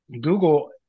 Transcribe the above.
Google